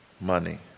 money